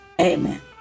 Amen